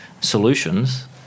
solutions